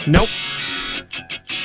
Nope